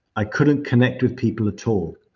i couldn't connect with people at all.